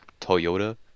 Toyota